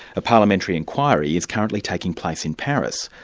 a parliamentary inquiry is currently taking place in paris,